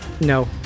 No